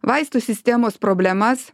vaistų sistemos problemas